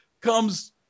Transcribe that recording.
Comes